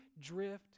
drift